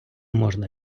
можна